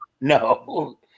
No